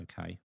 Okay